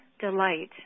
delight